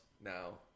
now